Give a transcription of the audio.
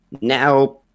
Now